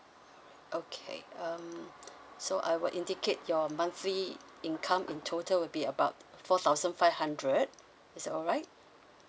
okay um so I will indicate your monthly income in total will be about four thousand five hundred is it alright